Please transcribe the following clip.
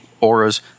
auras